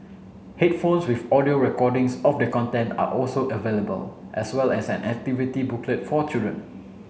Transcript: headphones with audio recordings of the content are also available as well as an activity booklet for children